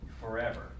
forever